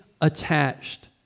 attached